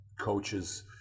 Coaches